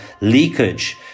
leakage